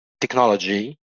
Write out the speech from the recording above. technology